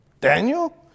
Daniel